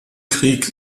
krieg